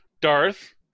Darth